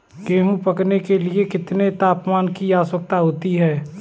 गेहूँ पकने के लिए कितने तापमान की आवश्यकता होती है?